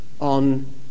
on